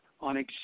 on